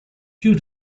due